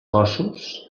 cossos